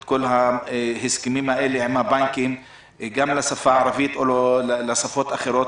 את כל הסכמים האלה עם הבנקים גם בשפה הערבית או לשפות אחרות?